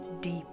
deep